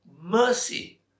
mercy